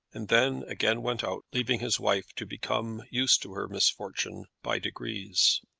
and then again went out, leaving his wife to become used to her misfortune by degrees.